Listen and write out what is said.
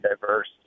diverse